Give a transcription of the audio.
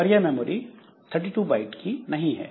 पर यह memory 32 byte की नहीं है